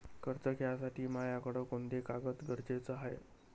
कर्ज घ्यासाठी मायाकडं कोंते कागद गरजेचे हाय?